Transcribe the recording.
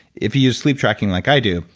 if you you sleep tracking like i do,